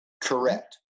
Correct